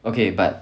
okay but